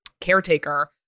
caretaker